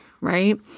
right